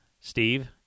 Steve